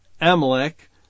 Amalek